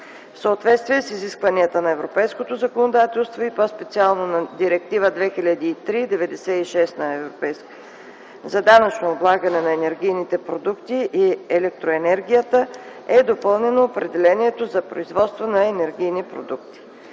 съответствие с изискванията на европейското законодателство и по-специално на Директива 2003/96/ЕО за данъчното облагане на енергийните продукти и електроенергията е допълнено определението за производство на енергийни продукти.